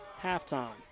halftime